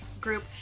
group